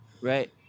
right